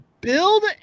build